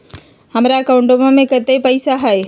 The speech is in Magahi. हमार अकाउंटवा में कतेइक पैसा हई?